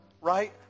right